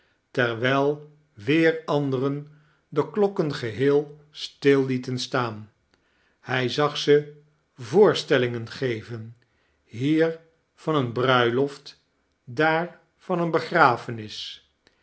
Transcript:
terwjjl weer anderen de klokken geheel stil lieten staan hij zag ze voorstellingen geven hier van eene bruiloft daar van eene